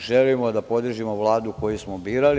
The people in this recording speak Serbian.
Želimo da podržimo Vladu koju smo birali.